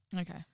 Okay